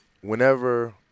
whenever